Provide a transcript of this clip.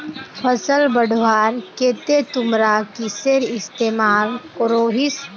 फसल बढ़वार केते तुमरा किसेर इस्तेमाल करोहिस?